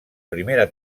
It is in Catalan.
primera